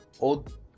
old